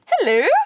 Hello